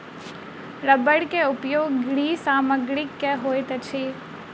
रबड़ के उपयोग गृह सामग्री में होइत अछि